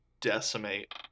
decimate